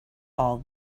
all